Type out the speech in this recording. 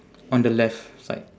on the left side